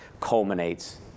culminates